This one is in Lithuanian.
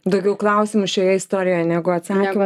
daugiau klausimų šioje istorijoje negu atsaky